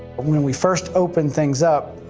when we first opened things up,